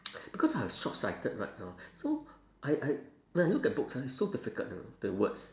because I have short sighted right now so I I when I look at books ah it's so difficult you know the words